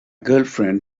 girlfriend